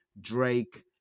Drake